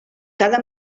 cada